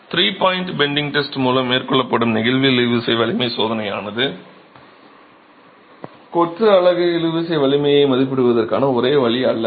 three point bending test மூலம் மேற்கொள்ளப்படும் நெகிழ்வு இழுவிசை வலிமை சோதனையானது கொத்து அலகு இழுவிசை வலிமையை மதிப்பிடுவதற்கான ஒரே வழி அல்ல